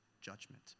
judgment